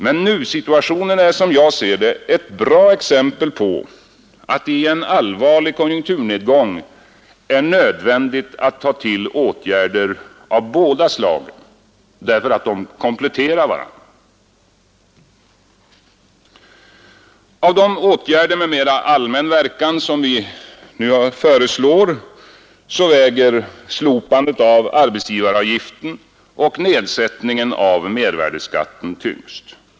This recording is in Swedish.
Men nusituationen är som jag ser det ett bra exempel på att det i en allvarlig konjunkturnedgång är nödvändigt att ta till åtgärder av båda slagen — därför att de kompletterar varandra. Av de åtgärder med mera allmän verkan som vi nu föreslår väger slopandet av arbetsgivaravgiften och nedsättningen av mervärdeskatten tyngst.